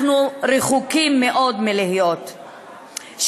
אנחנו רחוקים מאוד מלהיות.